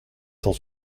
cent